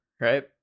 right